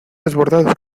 desbordados